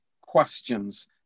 questions